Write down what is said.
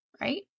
right